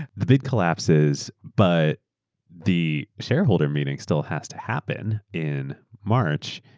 the bid collapses but the shareholder meeting still has to happen in march.